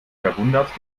verwundert